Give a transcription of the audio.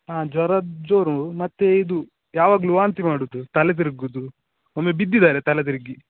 ಹಾಂ ಜ್ವರ ಜೋರು ಮತ್ತೆ ಇದು ಯಾವಾಗಲು ವಾಂತಿ ಮಾಡೋದು ತಲೆ ತಿರುಗುದು ಮೊನ್ನೆ ಬಿದ್ದಿದ್ದಾರೆ ತಲೆ ತಿರುಗಿ